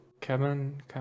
Kevin